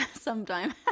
sometime